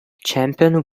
champion